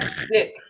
stick